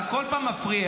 אתה כל פעם מפריע.